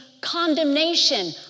condemnation